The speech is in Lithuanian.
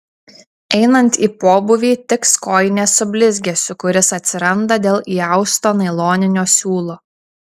einant į pobūvį tiks kojinės su blizgesiu kuris atsiranda dėl įausto nailoninio siūlo